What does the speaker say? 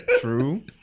true